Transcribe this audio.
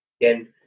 again